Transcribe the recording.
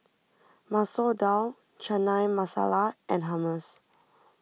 Masoor Dal Chana Masala and Hummus